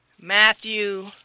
Matthew